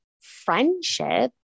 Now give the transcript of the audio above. friendship